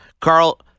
Carl